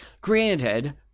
granted